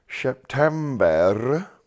September